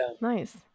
Nice